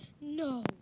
No